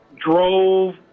drove